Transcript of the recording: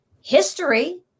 history